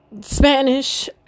Spanish